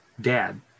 dad